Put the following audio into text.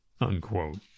unquote